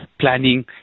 planning